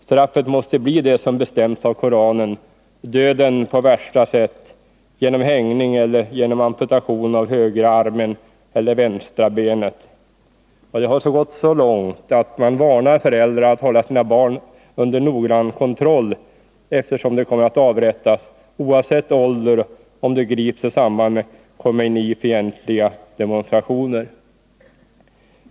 Straffet måste bli det som bestämts av Koranen — döden på värsta sätt, genom hängning eller genom amputation av högra armen eller vänstra benet. Det har gått så långt att man uppmanar föräldrar att hålla sina barn under noggrann kontroll, eftersom de kommer att avrättas oavsett ålder om de grips i samband med Khomeinifientliga demonstrationer.